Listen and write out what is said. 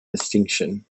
distinction